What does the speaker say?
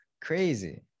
Crazy